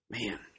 Man